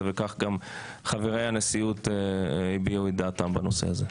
וכך גם חברי הנשיאות הביעו את דעתם בנושא הזה.